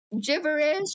gibberish